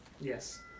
Yes